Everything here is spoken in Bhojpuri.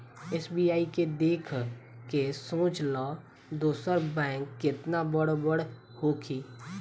एस.बी.आई के देख के सोच ल दोसर बैंक केतना बड़ बड़ होखी